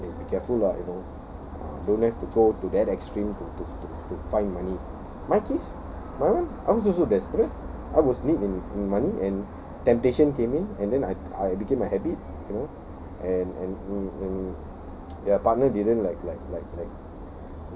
eh be careful lah you know don't have to go to that extreme to to to to find money my case my one I'm also desperate I was need in money and temptation came in and then I I became a habit you know and and and their partner didn't like like like like